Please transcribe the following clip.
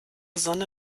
sonne